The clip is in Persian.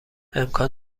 امکان